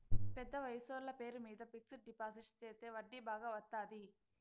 పెద్ద వయసోళ్ల పేరు మీద ఫిక్సడ్ డిపాజిట్ చెత్తే వడ్డీ బాగా వత్తాది